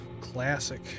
Classic